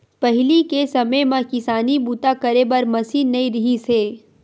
पहिली के समे म किसानी बूता करे बर मसीन नइ रिहिस हे